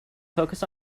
focus